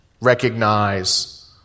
recognize